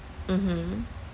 mmhmm